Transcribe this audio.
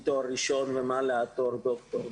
מתואר ראשון ומעלה עד דוקטור,